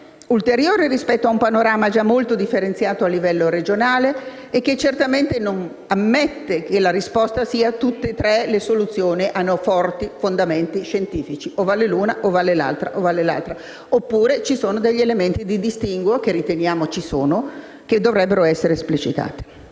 ulteriore rispetto a un panorama già molto differenziato a livello regionale e che certamente non ammette che la risposta sia che tutte e tre le soluzioni hanno forti fondamenti scientifici: ne può valere solo una delle tre; oppure ci sono degli elementi di distinguo - che riteniamo ci siano - che dovrebbe essere esplicitati.